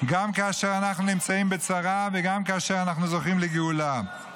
גם כאשר אנחנו נמצאים בצרה וגם כאשר אנחנו זוכים לגאולה,